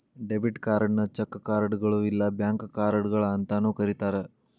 debit ಕಾರ್ಡ್ನ cheque ಕಾರ್ಡ್ಗಳು ಇಲ್ಲಾ ಬ್ಯಾಂಕ್ ಕಾರ್ಡ್ಗಳ ಅಂತಾನೂ ಕರಿತಾರ